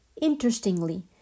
Interestingly